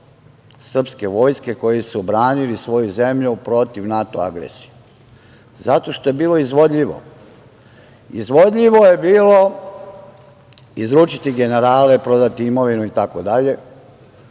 srpske vojske koji su branili svoju zemlju protiv NATO agresije zato što je bilo izvodljivo. Izvodljivo je bilo izručiti generale, prodati imovinu itd.